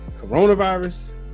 coronavirus